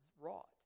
wrought